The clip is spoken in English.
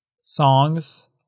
songs